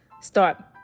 start